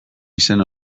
izen